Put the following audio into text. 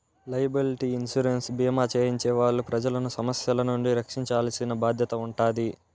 liability insurance భీమా చేయించే వాళ్ళు ప్రజలను సమస్యల నుండి రక్షించాల్సిన బాధ్యత ఉంటాది